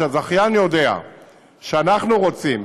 כשהזכיין יודע שאנחנו רוצים,